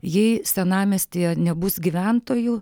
jei senamiestyje nebus gyventojų